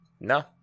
no